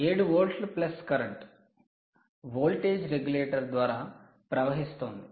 7 వోల్ట్ల plus current voltage regulator ద్వారా ప్రవహిస్తోంది